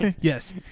Yes